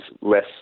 less